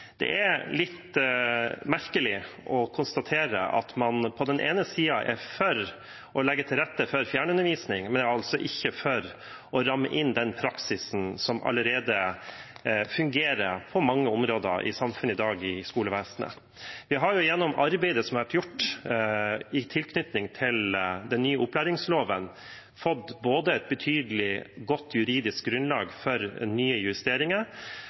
Det er litt merkelig å konstatere at man på den ene siden er for å legge til rette for fjernundervisning, men ikke for å ramme inn den praksisen som allerede fungerer på mange områder i samfunnet i dag, i skolevesenet. Vi har gjennom arbeidet som har vært gjort i tilknytning til den nye opplæringsloven, fått et betydelig godt juridisk grunnlag for nye justeringer,